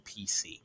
PC